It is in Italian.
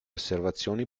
osservazioni